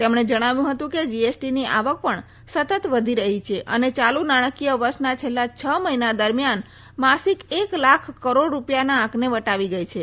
તેમણે જણાવ્યું હતું કે જીએસટીની આવક પણ સતત વધી રહી છે અને ચાલુ નાણાંકીય વર્ષના છેલ્લા છ મહિના દરમિથાન માસિક એક લાખ કરોડ રૂપિયાના આંકને વટાવી ગઇ છે